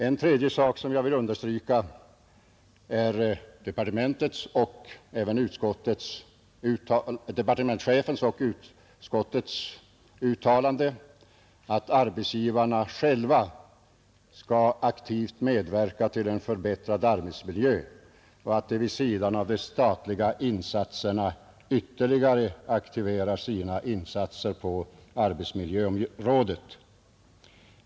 En tredje sak som jag vill understryka är departementschefens och Nr 72 utskottets uttalande att arbetsgivarna själva skall aktivt medverka till en Onsdagen den förbättrad arbetsmiljö och vid sidan av de statliga insatserna ytterligare 28 april 1971 aktivera sina insatser på arbetsmiljöområdet.